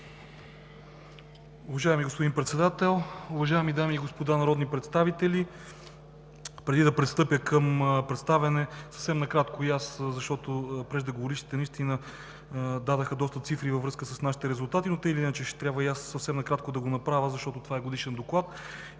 Уважаеми господин Председател, уважаеми дами и господа народни представители! Преди да пристъпя към представяне, съвсем накратко ще кажа, защото преждеговорившите дадоха доста цифри във връзка с нашите резултати, но така или иначе ще трябва и аз съвсем накратко да го направя, защото това е годишен доклад.